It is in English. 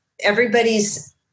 everybody's